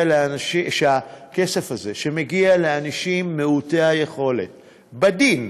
שהכסף הזה שמגיע לאנשים מעוטי היכולת בדין,